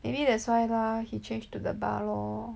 maybe that's why lah he change to the bar lor